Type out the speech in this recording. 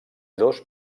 dos